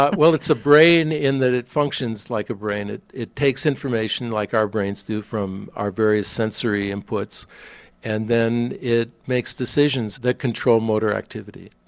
well it's a brain in that it functions like a brain, it it takes information like our brains do from our various sensory inputs and then it makes decisions that control motor activity.